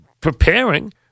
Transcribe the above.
preparing